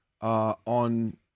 on